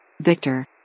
Victor